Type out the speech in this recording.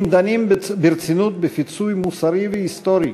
אם דנים ברצינות בפיצוי מוסרי והיסטורי